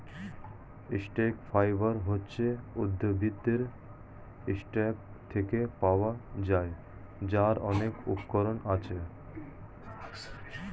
stock fibre হচ্ছে উদ্ভিদের stalk থেকে পাওয়া যায়, যার অনেক উপকরণ আছে